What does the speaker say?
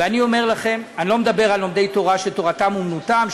ואני אומר לכם אני לא מדבר על לומדי תורה שתורתם אומנותם,